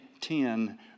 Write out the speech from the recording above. ten